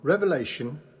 Revelation